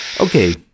Okay